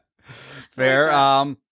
Fair